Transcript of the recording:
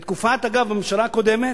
בתקופה, אגב, של הממשלה הקודמת,